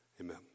Amen